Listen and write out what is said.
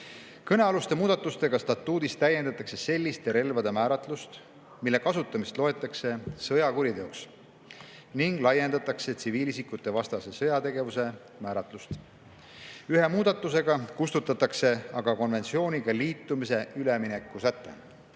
Kõnealuste muudatustega statuudis täiendatakse selliste relvade määratlust, mille kasutamist loetakse sõjakuriteoks, ning laiendatakse tsiviilisikutevastase sõjategevuse määratlust. Ühe muudatusega kustutatakse konventsiooniga liitumise üleminekusäte.